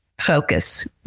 focus